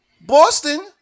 Boston